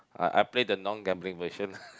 I I play the non gambling version